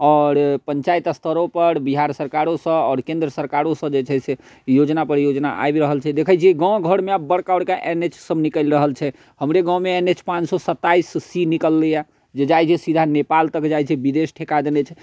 आओर पञ्चायत स्तरोपर बिहार सरकारोसँ आओर केन्द्र सरकारोसँ जे छै से योजना परियोजना आबि रहल छै देखे छिए गामघरमे आब बड़का बड़का एन एच सब निकलि रहल छै हमरे गाममे एन एच पाँच सओ सत्ताइस सी निकललै हँ जे जाइ छै सीधा नेपाल तक जाइ छै विदेश ठेका देने छै